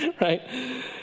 Right